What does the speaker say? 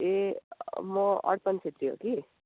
ए म अर्पण छेत्री हो कि